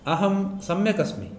अहं सम्यक् अस्मि